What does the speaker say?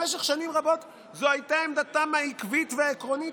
במשך שנים רבות זאת הייתה עמדתם העקבית והעקרונית,